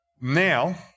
now